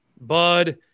Bud